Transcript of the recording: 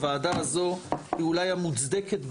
הוועדה הזאת היא אולי המוצדקת ביותר.